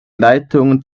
leitungen